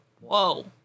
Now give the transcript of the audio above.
whoa